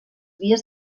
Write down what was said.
vies